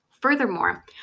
Furthermore